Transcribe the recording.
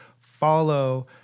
follow